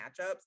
matchups